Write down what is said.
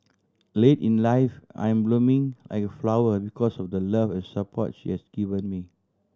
late in life I am blooming like a flower because of the love and support she has given me